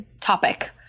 topic